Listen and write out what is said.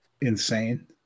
insane